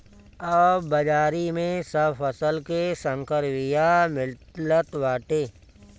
अब बाजारी में सब फसल के संकर बिया मिलत बाटे